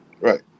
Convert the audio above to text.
Right